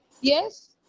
Yes